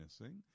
missing